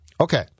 Okay